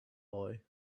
boy